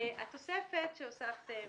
התוספת שהוספתם